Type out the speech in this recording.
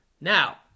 Now